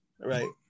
Right